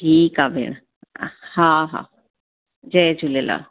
ठीकु आहे भेण हा हा जय झूलेलाल